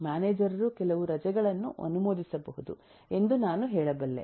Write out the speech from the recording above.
manager ರು ಕೆಲವು ರಜೆಗಳನ್ನು ಅನುಮೋದಿಸಬಹುದು ಎಂದು ನಾನು ಹೇಳಬಲ್ಲೆ